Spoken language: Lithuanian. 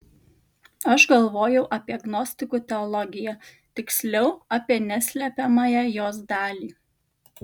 aš galvojau apie gnostikų teologiją tiksliau apie neslepiamąją jos dalį